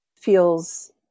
feels